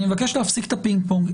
אני מבקש להפסיק את הפינג-פונג.